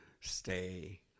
stay